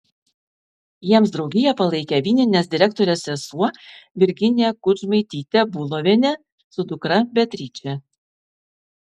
jiems draugiją palaikė vyninės direktorės sesuo virginija kudžmaitytė bulovienė su dukra beatriče